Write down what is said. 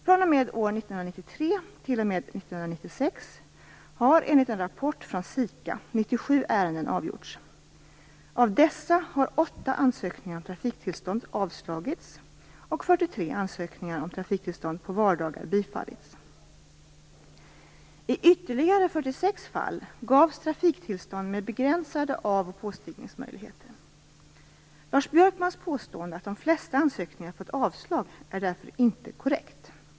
fr.o.m. år 1993 t.o.m. 1996 har, enligt en rapport från SIKA, 97 ärenden avgjorts. Av dessa har 8 ansökningar om trafiktillstånd avslagits och 43 ansökningar om trafiktillstånd på vardagar bifallits. I ytterligare 46 fall gavs trafiktillstånd med begränsade av och påstigningsmöjligheter. Lars Björkmans påstående att de flesta ansökningar fått avslag är därför inte korrekt.